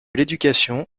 l’éducation